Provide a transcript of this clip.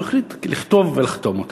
אז הוא החליט לכתוב ולחתום אותה.